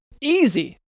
Easy